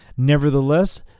Nevertheless